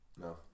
No